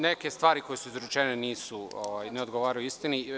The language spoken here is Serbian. Neke stvari koje su izrečene ne odgovaraju istini.